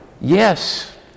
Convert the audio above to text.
Yes